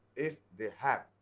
if they have,